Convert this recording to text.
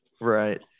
Right